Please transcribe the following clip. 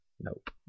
Nope